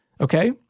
Okay